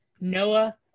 Noah